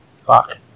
Fuck